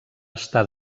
estar